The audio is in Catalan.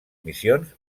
missions